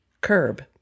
curb